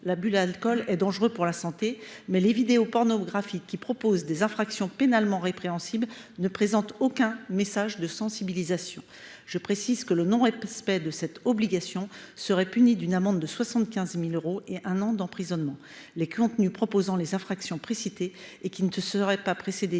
L’abus d’alcool est dangereux pour la santé »–, mais les vidéos pornographiques qui proposent des infractions pénalement répréhensibles ne présentent aucun message de sensibilisation. Je précise que le non respect de cette obligation serait puni d’une amende de 75 000 euros et d’un an d’emprisonnement. Les contenus porteurs des infractions précitées et qui ne seraient pas précédés